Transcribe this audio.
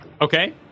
Okay